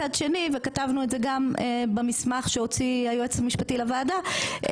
מצד שני וכתבנו את זה גם במסמך שהוציא היועץ המשפטי לוועדה,